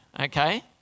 okay